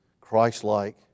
Christ-like